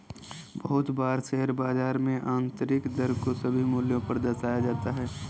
बहुत बार शेयर बाजार में आन्तरिक दर को सभी मूल्यों पर दर्शाया जाता है